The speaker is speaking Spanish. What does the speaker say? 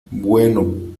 bueno